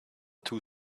two